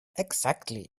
exactly